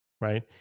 right